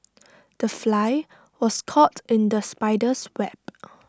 the fly was caught in the spider's web